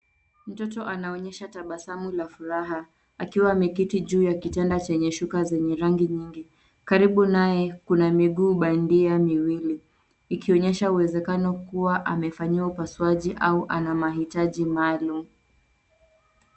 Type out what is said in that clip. Mtoto anaonyesha tabasamu la furaha, akiwa ameketi juu ya kitanda chenye shuka zenye rangi nyingi. Karibu naye kuna miguu bandia miwili, ikionyesha uwezekano kuwa amefanyiwa upasuaji au ana mahitaji maalum.